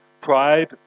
pride